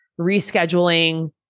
rescheduling